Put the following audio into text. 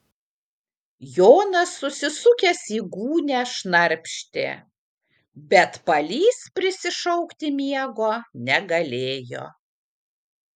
jonas susisukęs į gūnią šnarpštė bet palys prisišaukti miego negalėjo